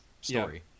story